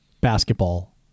basketball